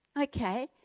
Okay